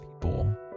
people